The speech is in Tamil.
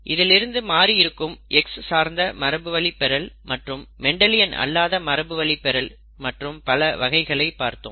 இதில் இருந்து மாறி இருக்கும் X சார்ந்த மரபுவழிப்பெறல் மற்றும் மெண்டலியன் அல்லாத மரபுவழிப்பெறல் மற்றும் பல வகைகளை பார்த்தோம்